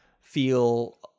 feel